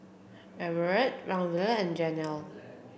Everette Laverne and Janel